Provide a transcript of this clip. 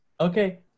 Okay